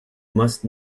must